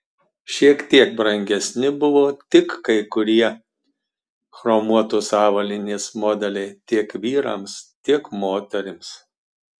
šiek tiek brangesni buvo tik kai kurie chromuotos avalynės modeliai tiek vyrams tiek moterims